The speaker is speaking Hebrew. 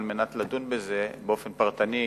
על מנת לדון בזה באופן פרטני,